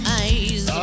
eyes